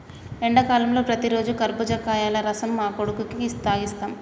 ఎండాకాలంలో ప్రతిరోజు కర్బుజకాయల రసం మా కొడుకుకి తాగిస్తాం